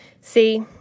See